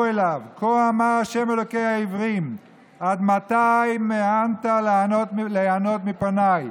אליו כה אמר ה' אלֹהי העברים עד מתי מאנת לענֹת מפני".